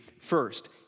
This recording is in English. first